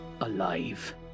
alive